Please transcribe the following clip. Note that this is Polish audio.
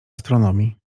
astronomii